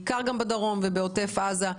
בעיקר גם בדרום ובעוטף עזה.